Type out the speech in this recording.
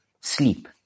sleep